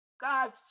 God